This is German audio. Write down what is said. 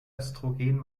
östrogen